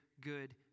good